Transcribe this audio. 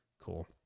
Cool